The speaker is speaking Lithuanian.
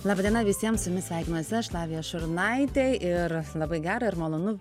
laba diena visiems su jumis sveikinuosi aš lavija šurnaitė ir labai gera ir malonu